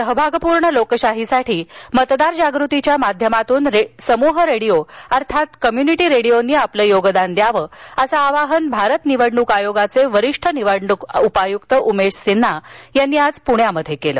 सहभागपूर्ण लोकशाहीसाठी मतदार जागृतीच्या माध्यमातून समूह रेडिओं अर्थात कम्युनिटी रेडिओनी आपले योगदान द्यावे असे आवाहन भारत निवडणूक आयोगाचे वरीष्ठ निवडणूक उपाय्क्त उमेश सिन्हा यांनी आज पुण्यात केलं